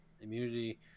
immunity